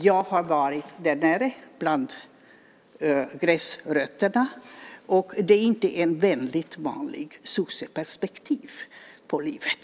Jag har varit där nere bland gräsrötterna; det är inte ett väldigt vanligt sosseperspektiv på livet.